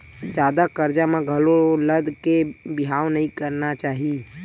जादा करजा म घलो लद के बिहाव नइ करना चाही